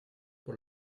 por